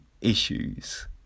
issues